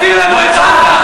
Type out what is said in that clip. תחזיר לנו את עזה.